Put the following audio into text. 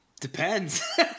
Depends